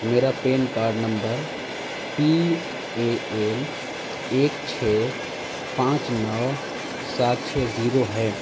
میرا PAN card number P A N ایک چھ پانچ نو سات چھ زیرو ہے